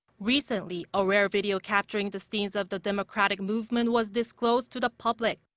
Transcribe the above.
recently, a rare video capturing the scenes of the democratic movement was disclosed to the public.